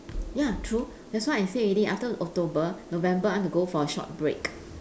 ya true that's why I said already after october november I want to go for a short break